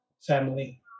family